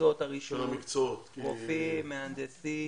מקצועות הרישוי, רופאים, מהנדסים.